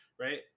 right